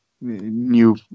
New